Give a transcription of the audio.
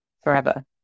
forever